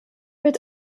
wird